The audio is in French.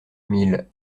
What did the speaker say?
mille